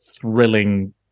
thrilling